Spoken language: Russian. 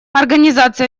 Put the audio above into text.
организация